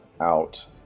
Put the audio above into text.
out